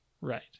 Right